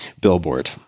billboard